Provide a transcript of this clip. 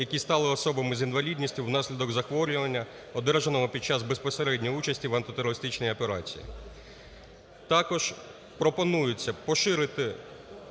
які стали особами з інвалідністю внаслідок захворювання, одержаного під час безпосередньої участі в антитерористичній операції.